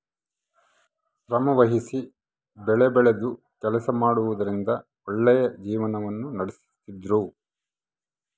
ಶ್ರಮವಹಿಸಿ ಬೆಳೆಬೆಳೆದು ಕೆಲಸ ಮಾಡುವುದರಿಂದ ಒಳ್ಳೆಯ ಜೀವನವನ್ನ ನಡಿಸ್ತಿದ್ರು